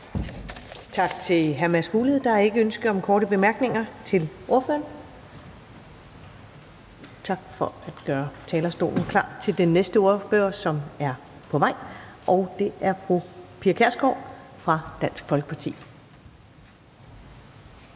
Tak til hr. Mads Fuglede. Der er ikke ønske om korte bemærkninger til ordføreren. Og tak for at gøre talerstolen klar til den næste ordfører, som er på vej, og det er fru Pia Kjærsgaard fra Dansk Folkeparti.